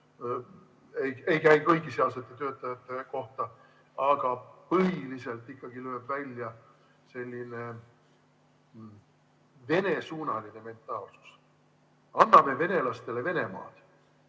ei käi kõigi sealsete töötajate kohta, aga põhiliselt ikkagi – lööb välja selline Vene-suunaline mentaalsus. Anname venelastele Venemaad,